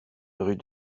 rue